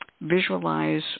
visualize